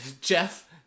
Jeff